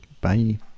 Bye